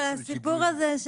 אבל הסיפור הזה,